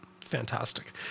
Fantastic